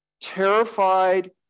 terrified